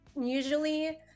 usually